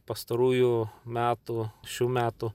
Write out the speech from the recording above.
pastarųjų metų šių metų